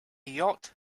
yacht